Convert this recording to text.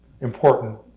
important